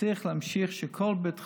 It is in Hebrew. צריך להמשיך כך שכל בית חולים,